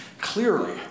clearly